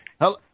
Hello